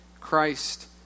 Christ